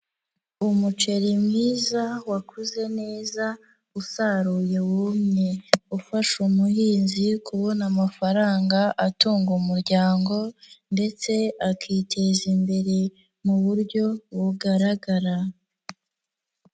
Umuceri mwiza wakuze neza, usaruye wumye, ufasha umuhinzi kubona amafaranga atunga umuryango ndetse akiteza imbere mu buryo bugaragara.